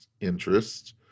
interest